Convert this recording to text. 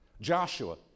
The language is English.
Joshua